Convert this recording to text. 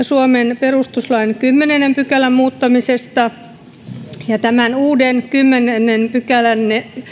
suomen perustuslain kymmenennen pykälän muuttamisesta ja tämän uuden kymmenennen pykälän